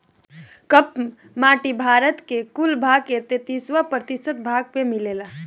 काप माटी भारत के कुल भाग के तैंतालीस प्रतिशत भाग पे मिलेला